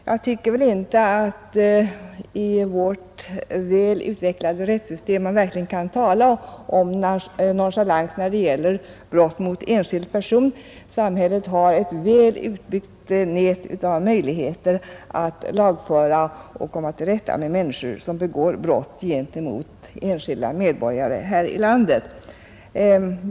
Jag tycker inte att man i vårt väl utvecklade rättssystem kan tala om nonchalans när det gäller brott mot enskild person — samhället har ett väl utbyggt nät av möjligheter att lagföra och Nr 71 komma till sata med människor som begår brott gentemot enskilda Onsdagen den medborgare här i landet.